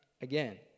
again